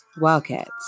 Wildcats